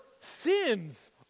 sins